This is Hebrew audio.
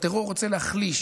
הטרור רוצה להחליש,